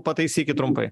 pataisykit trumpai